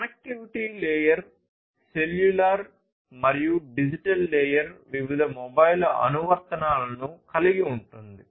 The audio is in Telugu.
కనెక్టివిటీ లేయర్ సెల్యులార్ మరియు డిజిటల్ లేయర్ వివిధ మొబైల్ అనువర్తనాలను కలిగి ఉంటుంది